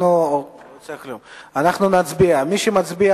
אנחנו נצביע.